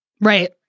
Right